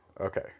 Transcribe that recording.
Okay